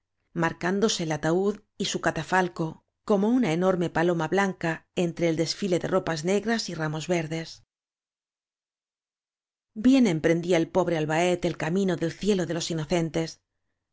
marcándose el ataúd y su cata falco como una enorme paloma blanca entre el desfile de ropas negras y ramos verdes áñ ien emprendía el pobre albaet el camino del cielo de los inocentes